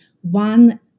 one